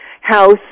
house